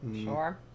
Sure